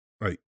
Right